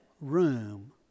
room